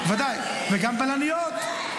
ודאי, וגם בלניות.